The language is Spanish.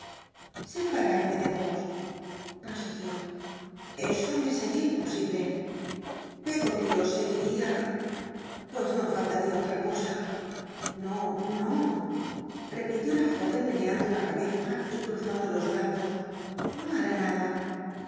scpaarmc de ros prosiguió eso me seria imposible peggoly os seguiría puc no fallaría otra cosa no no repitió la jóren meneando la cabeza y cu anclo los brazos no hrmi nada